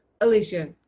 Alicia